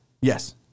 Yes